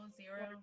zero